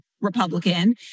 Republican